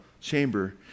chamber